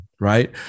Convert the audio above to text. Right